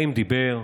האם דיבר,